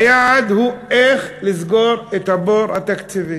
היעד הוא איך לסגור את הבור התקציבי.